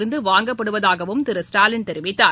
இருந்துவாங்கப்படுவதாகவும் திரு ஸ்டாலின் தெரிவித்தார்